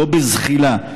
לא בזחילה,